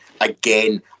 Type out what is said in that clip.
again